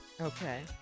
Okay